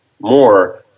more